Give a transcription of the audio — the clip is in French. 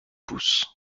pouces